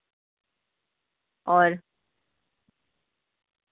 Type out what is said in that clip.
اور